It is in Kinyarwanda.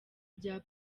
bya